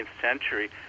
century